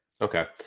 okay